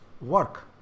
work